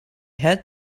had